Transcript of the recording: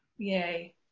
Yay